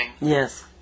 Yes